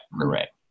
correct